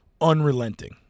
unrelenting